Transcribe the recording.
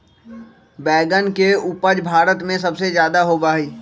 बैंगन के उपज भारत में सबसे ज्यादा होबा हई